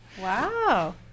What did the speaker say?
Wow